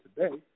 today